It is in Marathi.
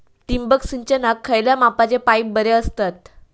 ठिबक सिंचनाक खयल्या मापाचे पाईप बरे असतत?